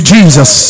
Jesus